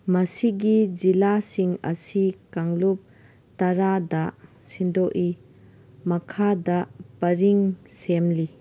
ꯃꯁꯤꯒꯤ ꯖꯤꯜꯂꯥꯁꯤꯡ ꯑꯁꯤ ꯀꯥꯡꯂꯨꯞ ꯇꯔꯥꯗ ꯁꯤꯟꯗꯣꯛꯏ ꯃꯈꯥꯗ ꯄꯔꯤꯡ ꯁꯦꯝꯂꯤ